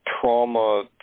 trauma